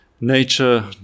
nature